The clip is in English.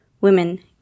women